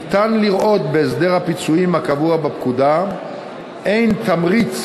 ניתן לראות בהסדר הפיצויים הקבוע בפקודה הן תמריץ